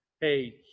hey